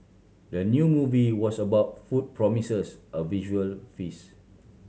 the new movie was about food promises a visual feast